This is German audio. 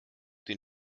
den